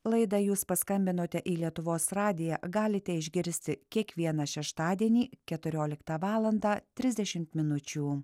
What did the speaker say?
laidą jūs paskambinote į lietuvos radiją galite išgirsti kiekvieną šeštadienį keturioliktą valandą trisdešimt minučių